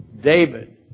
David